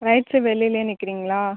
right side வெளிலேயே நிற்கிறிங்களா